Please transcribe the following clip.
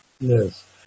Yes